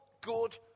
good